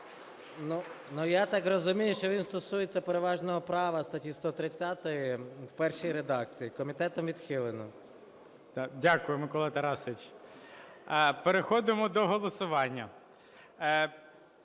я так розумію, що він стосується переважного права статті 130 в першій редакції. Комітетом відхилено. ГОЛОВУЮЧИЙ. Дякую, Микола Тарасович. Переходимо до голосування.